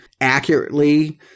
accurately